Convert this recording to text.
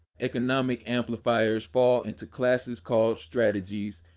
economic amplifiers fall into classes called strategies,